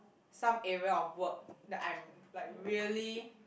some area of work that I'm like really